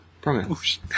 Promise